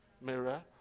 mirror